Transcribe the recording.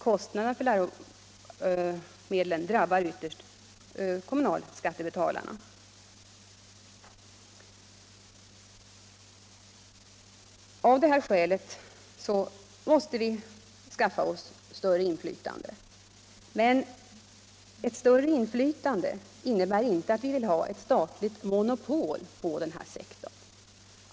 Kostnaderna för läromedlen drabbar ytterst kommunalskattebetalarna. Av dessa skäl måste vi skaffa oss större inflytande. Men ett större inflytande innebär inte att vi vill ha ett statligt monopol på denna sektor.